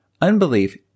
Unbelief